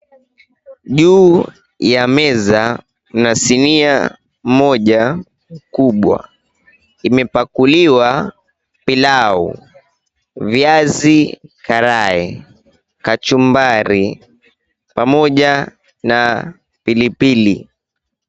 Juu ya meza mna sinia moja kubwa. Imepakuliwa pilau, viazi karai, kachumbari, pamoja na pilipili.